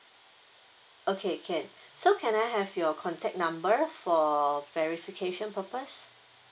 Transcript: okay can so can I have your contact number for verification purpose